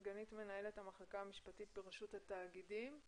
סגנית מנהלת המחלקה המשפטית ברשות התאגידים.